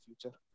future